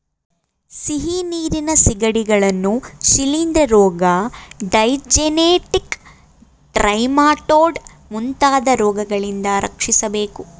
ಸಿಹಿನೀರಿನ ಸಿಗಡಿಗಳನ್ನು ಶಿಲಿಂದ್ರ ರೋಗ, ಡೈಜೆನೆಟಿಕ್ ಟ್ರೆಮಾಟೊಡ್ ಮುಂತಾದ ರೋಗಗಳಿಂದ ರಕ್ಷಿಸಬೇಕು